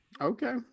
Okay